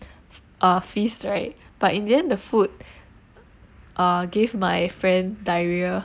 uh feast right but in the end the food uh give my friend diarrhea